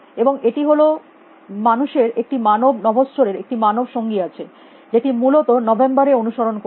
এবং এটি হল মানুষ এর একটি মানব নভশ্চরের একটি মানব সঙ্গী আছে যেটি মূলত নভেম্বর এ অনুসরণ করবে